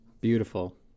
Beautiful